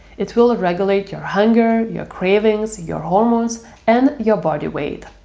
it will regulate your hunger, your cravings, your hormones and your body weight.